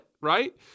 right